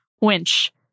winch